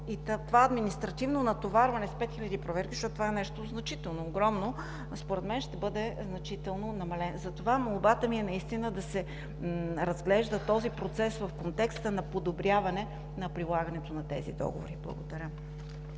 и това административно натоварване с пет хиляди проверки, защото това е нещо значително, огромно, според мен ще бъде значително намален. Затова молбата ми е наистина да се разглежда този процес в контекста на подобряване на прилагането на тези договори. Благодаря.